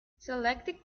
selected